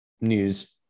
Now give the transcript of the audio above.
news